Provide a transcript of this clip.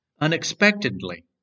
unexpectedly